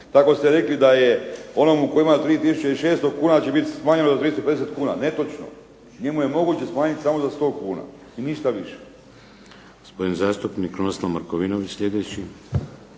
Tako ste rekli da je onomu koji ima 3 tisuće i 600 kuna će biti smanjeno za 350 kuna. Netočno. Njemu je moguće smanjiti samo za 100 kuna i ništa više.